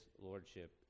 Lordship